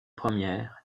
première